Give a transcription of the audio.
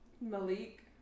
Malik